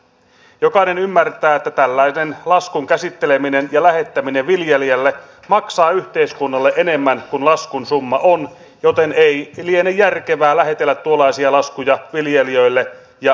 jokainen ymmärtää että tällainen laskun käsitteleminen ja lähettäminen viljelijälle maksaa yhteiskunnalle enemmän kuin laskun summa on joten ei liene järkevää lähetellä tuollaisia laskuja viljelijöille ja maatalousyrittäjille